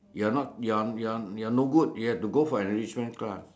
you're not you're you're you're no good you have to go for enrichment class